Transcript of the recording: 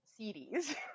CDs